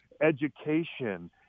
education